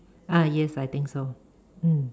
ah yes I think so mm